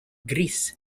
greece